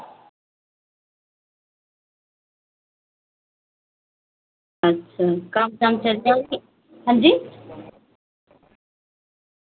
कम्म चली जाह्ग निं अंजी